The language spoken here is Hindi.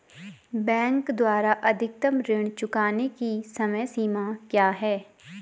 बैंक द्वारा अधिकतम ऋण चुकाने की समय सीमा क्या है?